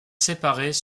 séparées